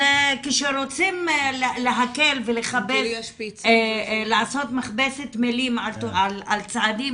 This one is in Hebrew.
כשרוצים להקל ולעשות מכבסת מלים על צעדים